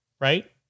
Right